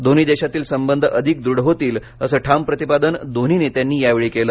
दोन्ही देशातील संबघ अधिक दृढ होतील असं ठाम प्रतिपादन दोन्ही नेत्यांनी यावेळी केलं